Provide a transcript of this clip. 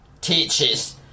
teaches